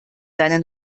seiner